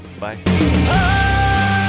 Bye